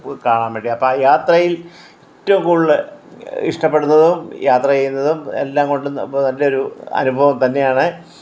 കാണാൻ വേണ്ടി അപ്പോൾ യാത്രയിൽ ഏറ്റവും കൂടുതല് ഇഷ്ടപ്പെടുന്നതും യാത്ര ചെയ്യുന്നതും എല്ലാംകൊണ്ടും നല്ലൊരു അനുഭവം തന്നെയാണ്